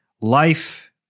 life